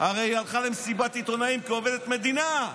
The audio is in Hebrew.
היא הרי הלכה למסיבת עיתונאים כעובדת מדינה.